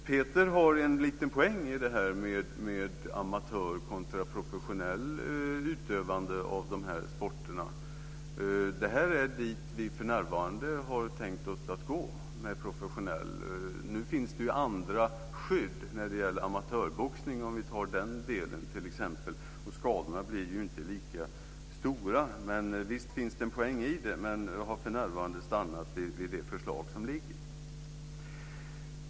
Peter har en liten poäng i detta med amatörmässigt kontra professionellt utövande av dessa sporter. Det är dit vi för närvarande har tänkt oss att gå med det professionella. Nu finns det andra skydd när det gäller amatörboxning, om vi t.ex. tar den delen. Skadorna blir inte lika stora. Visst finns det en poäng i det, men jag har för närvarande stannat vid det förslag som ligger.